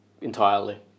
entirely